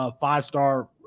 five-star